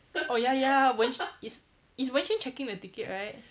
oh ya ya wenxuan it's it's wenxuan checking the ticket right